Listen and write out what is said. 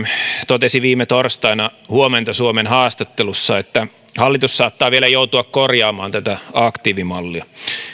totesi viime torstaina huomenta suomen haastattelussa että hallitus saattaa vielä joutua korjaamaan tätä aktiivimallia